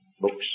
books